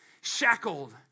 shackled